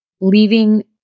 leaving